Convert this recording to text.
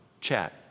chat